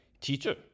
Teacher